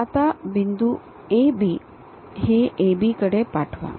आता बिंदू A B हे A B कडे पाठवा